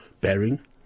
bearing